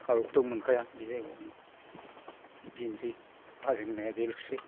खावैखौथ' मोनखाया बे जायगायाव नों बेनोसै हाजोनि नाया बेल'सो